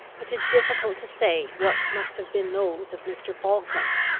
it is difficult to say what must have been those of mr. falkland.